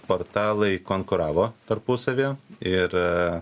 portalai konkuravo tarpusavyje ir